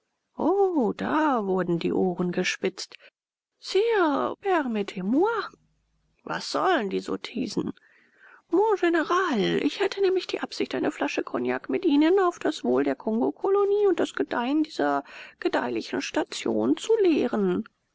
o da wurden die ohren gespitzt sire permettez moi was sollen die sottisen mon gnral ich hatte nämlich die absicht eine flasche kognak mit ihnen auf das wohl der kongokolonie und das gedeihen dieser gedeihlichen station zu leeren